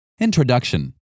Introduction